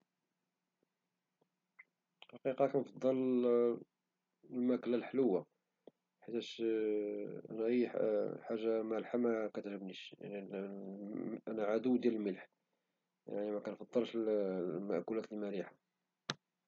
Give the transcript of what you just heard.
في الحقيقة كنفضل المكلة الحلوة حيتاش المكلة مالحة مكتعجبنيش، أنا العدو ديال الملح، يعني مكنفضلش المأكولات المالحة.